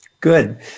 Good